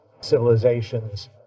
civilizations